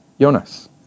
Jonas